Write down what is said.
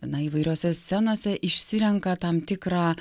na įvairiose scenose išsirenka tam tikrą